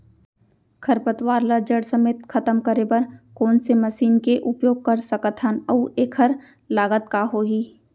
खरपतवार ला जड़ समेत खतम करे बर कोन से मशीन के उपयोग कर सकत हन अऊ एखर लागत का होही?